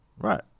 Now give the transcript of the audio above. Right